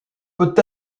peut